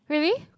really